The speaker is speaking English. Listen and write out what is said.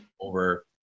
over